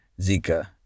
Zika